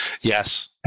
Yes